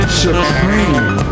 supreme